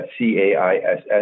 CAISS